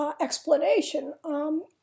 explanation